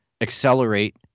Accelerate